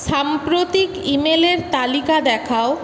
সাম্প্রতিক ইমেলের তালিকা দেখাও